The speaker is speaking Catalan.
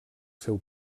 seu